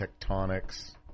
tectonics